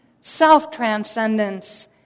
self-transcendence